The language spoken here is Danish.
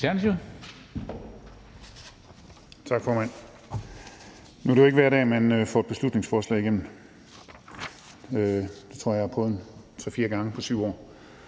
Tak, formand. Nu er det jo ikke hver dag, man får et beslutningsforslag igennem. Jeg tror, at jeg har prøvet det tre-fire gange på 7 år.